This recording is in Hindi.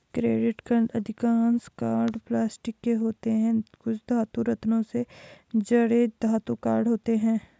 क्रेडिट कार्ड अधिकांश कार्ड प्लास्टिक के होते हैं, कुछ धातु, रत्नों से जड़े धातु कार्ड होते हैं